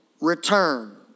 return